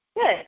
Good